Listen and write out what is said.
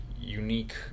unique